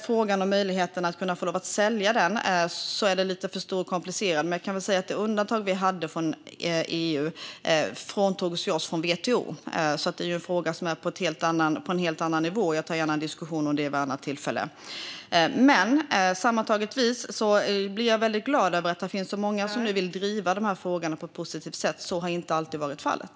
Frågan om att sälja är lite för stor och komplicerad. Men jag kan säga att det undantag Sverige hade i EU fråntogs oss av WTO. Det är en fråga på en helt annan nivå, och jag tar gärna en diskussion om den frågan vid ett annat tillfälle. Sammantaget blir jag glad över att det finns så många som vill driva dessa frågor på ett positivt sätt. Så har inte alltid varit fallet.